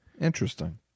Interesting